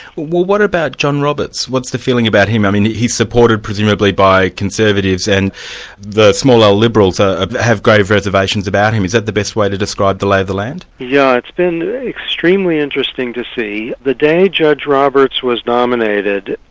what about john roberts? what's the feeling about him? i mean he's supported presumably by conservatives, and the small-l liberals ah have grave reservations about him. is that the best way to describe the lay of the land? yes, yeah it's been extremely interesting to see. the day judge roberts was nominated,